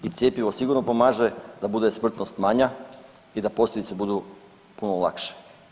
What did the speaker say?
I cjepivo sigurno pomaže da bude smrtnost manja i da posljedice budu puno lakše.